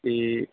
ਅਤੇ